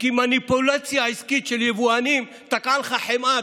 כי מניפולציה עסקית של יבואנים תקעה לך חמאה,